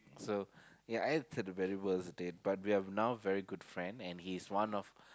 so yeah it's a very worst day but we are now very good friend and he's one of